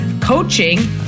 coaching